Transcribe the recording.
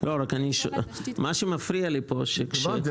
מה שמפריע לי פה שזה --- הבנתי,